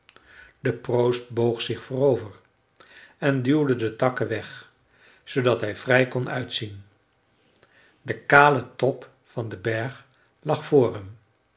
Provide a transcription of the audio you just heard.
de proost boog zich voorover en duwde de takken weg zoodat hij vrij kon uitzien de kale top van den berg lag